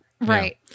right